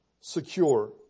secure